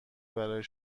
برای